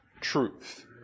truth